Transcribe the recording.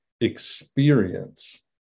experience